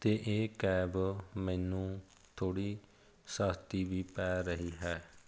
ਅਤੇ ਇਹ ਕੈਬ ਮੈਨੂੰ ਥੋੜ੍ਹੀ ਸਸਤੀ ਵੀ ਪੈ ਰਹੀ ਹੈ